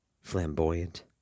flamboyant